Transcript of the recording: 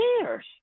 cares